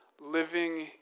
living